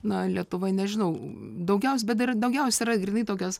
na lietuvoj nežinau daugiausiai bet yra daugiausiai yra grynai tokios